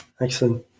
Excellent